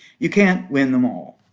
you can't win them all.